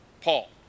Paul